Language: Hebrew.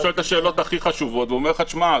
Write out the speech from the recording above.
הוא שואל את השאלות הכי חשובות ואומר לך: שמע,